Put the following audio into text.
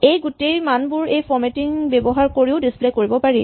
এই গোটেই মানবোৰ এই ফৰমেটিং ব্যৱহাৰ কৰিও ডিচপ্লে কৰিব পাৰি